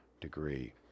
degree